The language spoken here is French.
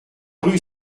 rue